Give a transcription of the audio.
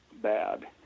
bad